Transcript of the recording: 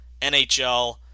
NHL